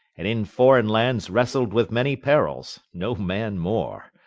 and in foreign lands wrestled with many perils, no man more.